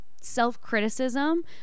self-criticism